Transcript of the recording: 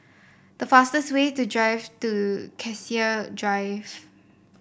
the fastest way to drive to Cassia Drive